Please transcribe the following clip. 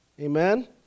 Amen